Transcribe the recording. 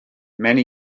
many